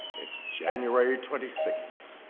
it's january twenty six.